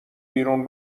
بیرون